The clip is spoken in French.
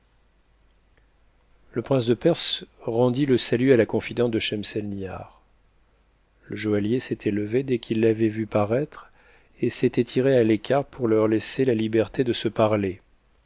le prince de perse rendit le salut à la confidente de schemselnihar le joaillier s'était levé dès qu'il l'avait vue paraître et s'était tiré à l'écart pour leur laisser la liberté de se parler